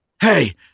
Hey